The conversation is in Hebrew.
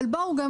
אבל בואו גם